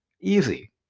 Easy